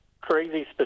crazy